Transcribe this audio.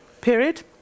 period